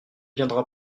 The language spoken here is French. viendra